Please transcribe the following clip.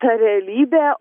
ta realybė